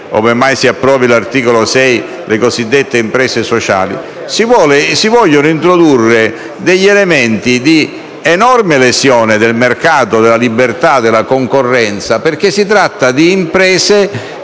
ove mai si approvi l'articolo 6, le cosiddette imprese sociali - si vogliono introdurre degli elementi di enorme lesione del mercato, della libertà e della concorrenza, perché si tratta di imprese